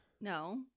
No